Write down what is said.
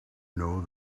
know